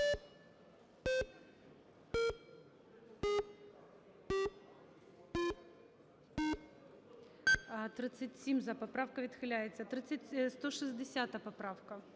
За-37 Поправка відхиляється. 160 поправка.